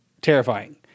terrifying